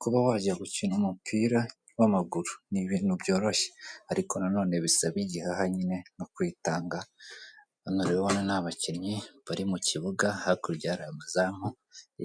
Kuba wajya gukina umupira w'amaguru n’ ibintu byoroshye ariko nanone bisaba igihaha no kwitanga naribona n'abakinnyi bari mu kibuga hakurya amazamu